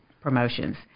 promotions